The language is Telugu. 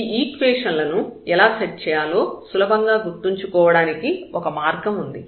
ఈ ఈక్వేషన్ లను ఎలా సెట్ చేయాలో సులభంగా గుర్తుంచుకోవడానికి ఒక మార్గం ఉంది